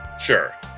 sure